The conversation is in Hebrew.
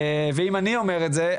ואם אני אומר את זה,